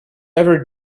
ever